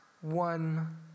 one